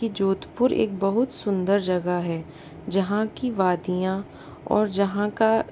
कि जोधपुर एक बहुत सुंदर जगह है जहाँ की वादियाँ और जहाँ का